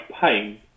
pain